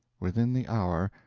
within the hour,